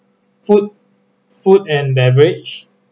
food food and beverage